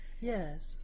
Yes